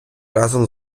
разом